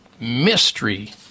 mystery